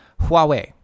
Huawei